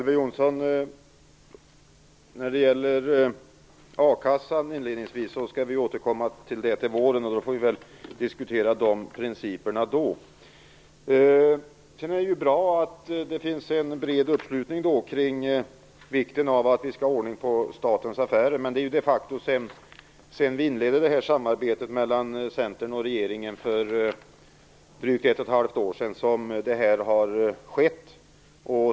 Herr talman! Till a-kassan återkommer vi ju till våren, så vi får väl diskutera de principerna då. Det är bra att det finns en bred uppslutning kring vikten av att vi skall ha ordning på statens affärer. Men sedan samarbetet mellan Centern och regeringen inleddes för drygt ett och ett halvt år sedan har det här de facto skett.